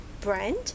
brand